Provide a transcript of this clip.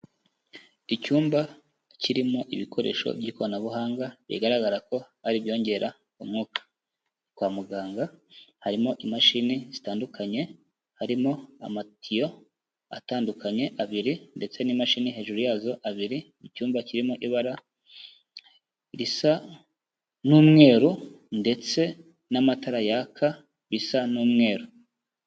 Icyumba kirimo ibikoresho by'ikoranabuhanga bigaragara ko ari ibyongera umwuka, kwa muganga harimo imashini zitandukanye, harimo amatiyo atandukanye abiri, ndetse n'imashini hejuru yazo abiri, mu cyumba kirimo ibara risa n'umweru ndetse n'amatara yaka bisa n'umweru.